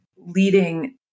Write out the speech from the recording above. leading